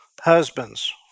husbands